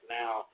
now